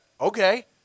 Okay